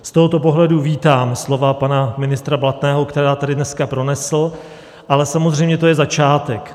Z tohoto pohledu vítám slova pana ministra Blatného, která tady dneska pronesl, ale samozřejmě to je začátek.